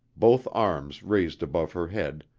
both arms raised above her head,